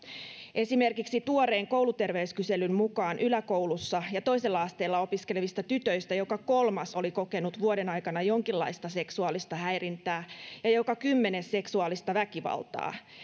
esimerkiksi tuoreen kouluterveyskyselyn mukaan yläkoulussa ja toisella asteella opiskelevista työtöistä joka kolmas oli kokenut vuoden aikana jonkinlaista seksuaalista häirintää ja joka kymmenes seksuaalista väkivaltaa